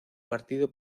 partido